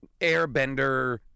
airbender